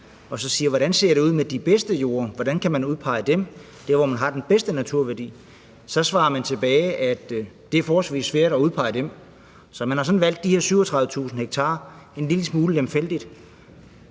og ser på, hvordan det ser ud med de bedste jorde, hvordan man kan udpege dem, der, hvor man har den bedste naturværdi, svarer man tilbage, at det er forholdsvis svært at udpege dem. Så man har valgt de her 37.000 ha en lille smule lemfældigt.